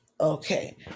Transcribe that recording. okay